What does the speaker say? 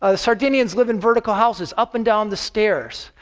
ah sardinians live in vertical houses, up and down the stairs.